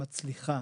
מצליחה,